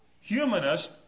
Humanist